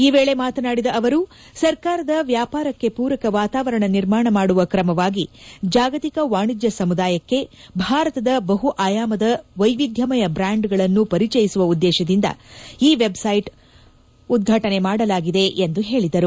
ಈ ವೇಳಿ ಮಾತನಾಡಿದ ಅವರು ಸರಕಾರದ ವ್ಯಾಪಾರಕ್ಕೆ ಪೂರಕ ವಾತಾವರಣ ನಿರ್ಮಾಣ ಮಾದುವ ಕ್ರಮವಾಗಿ ಜಾಗತಿಕ ವಾಣಿಜ್ಯ ಸಮುದಾಯಕ್ಕೆ ಭಾರತದ ಬಹುಆಯಾಮದ ವೈವಿಧ್ಯಮಯ ಬ್ರಾಂಡ್ಗಳನ್ನು ಪರಿಚಯಿಸುವ ಉದ್ದೇಶವನ್ನು ಈ ವೆಬ್ ಸೈಟ್ ಹೊಂದಿದೆ ಎಂದು ಅವರು ಹೇಳಿದರು